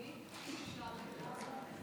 אדוני, אפשר דעה נוספת?